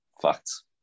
Facts